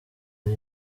ari